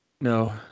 No